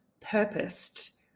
Purposed